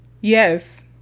Yes